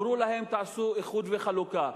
אמרו להם: תעשו איחוד וחלוקה,